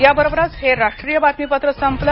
याबरोबरच हे राष्ट्रीय बातमीपत्र संपलं